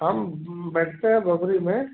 हम बैठते हैं बोगरी में